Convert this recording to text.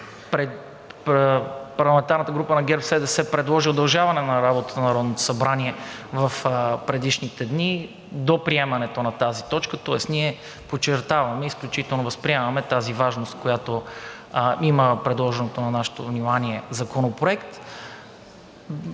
парламентарната група на ГЕРБ-СДС предложи удължаване работата на Народното събрание в предишните дни до приемането на тази точка, тоест ние подчертаваме, изключително възприемаме тази важност, която има предложеният на нашето внимание законопроект.